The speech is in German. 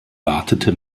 wartete